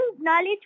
knowledge